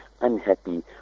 unhappy